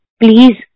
please